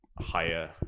higher